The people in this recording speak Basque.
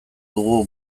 dugu